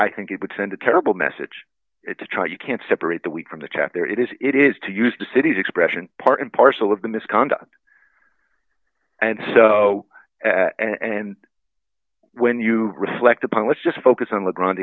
i think it would send a terrible message to try you can't separate the wheat from the chaff there it is it is to use the city's expression part and parcel of the misconduct and so and when you reflect upon let's just focus on the grun